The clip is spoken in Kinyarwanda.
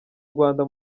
rwanda